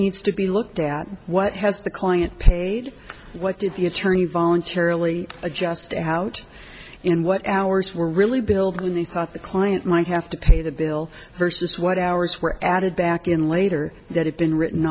needs to be looked at what has the client paid what did the attorney voluntarily adjust out in what hours were really build when they thought the client might have to pay the bill versus what ours were added back in later that have been written